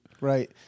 right